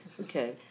okay